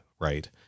Right